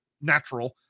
natural